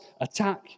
attack